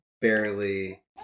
Barely